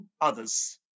others